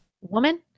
woman